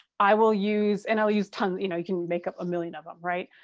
i will use and i'll use tons, you know you can make up a million of them, right,